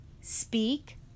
speak